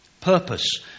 purpose